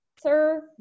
Sir